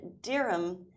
dirham